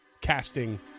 Casting